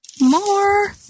more